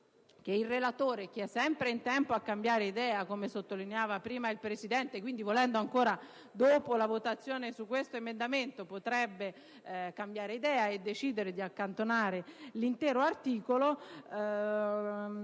Il relatore è sempre in tempo a cambiare idea - come sottolineava prima il Presidente - e quindi, dopo la votazione di questo emendamento, potrebbe cambiare idea e decidere di accantonare l'intero articolo: